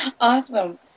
Awesome